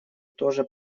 тоже